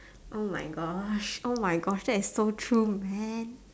oh my gosh oh my gosh that is so true man